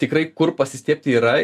tikrai kur pasistiebti yra